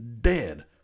dead